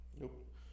Nope